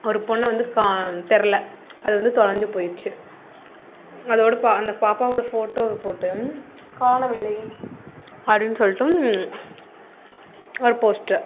ஒரு பொண்ணை வந்து கா தெரில அது வந்து தொலைஞ்சு போயிடுச்சு அதோடய பா அந்த பாப்பாவோடய ஃபோட்டோவை போட்டு காணவில்லை அப்படின்னு சொல்லிட்டு ஒரு போஸ்ட்ரு